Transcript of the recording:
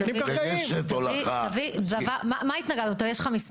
מה ההתנגדות?